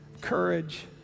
courage